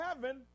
heaven